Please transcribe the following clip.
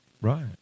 Right